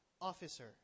officer